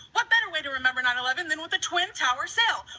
what better way to remember nine eleven than with the twin towers sale.